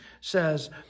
says